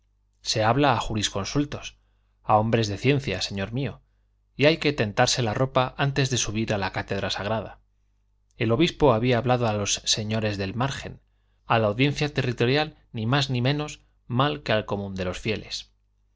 se habla a jurisconsultos a hombres de ciencia señor mío y hay que tentarse la ropa antes de subir a la cátedra sagrada el obispo había hablado a los señores del margen a la audiencia territorial ni más ni menos mal que al común de los fieles